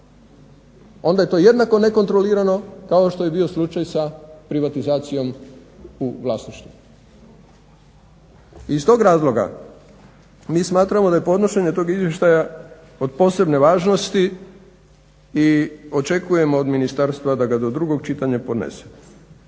onda je to jednako nekontrolirano kao što je bio slučaj sa privatizacijom u vlasništvu. Iz tog razloga mi smatramo da je podnošenje toga izvještaja od posebne važnosti i očekujemo od ministarstva da ga do drugog čitanja podnese.